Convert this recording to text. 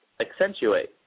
accentuate